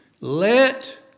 Let